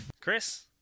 Chris